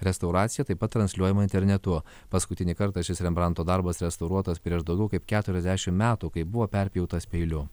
restauracija taip pat transliuojama internetu paskutinį kartą šis rembranto darbas restauruotas prieš daugiau kaip keturiasdešim metų kai buvo perpjautas peiliu